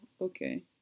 Okay